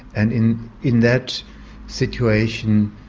and in in that situation,